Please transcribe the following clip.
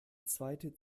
zweite